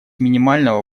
минимального